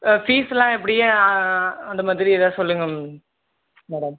ஃபீஸ்ஸெலாம் எப்படி அந்தமாதிரி எதாவது சொல்லுங்கள் மேடம்